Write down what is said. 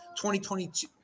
2022